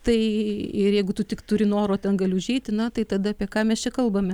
tai ir jeigu tu tik turi noro ten gali užeiti na tai tada apie ką mes čia kalbame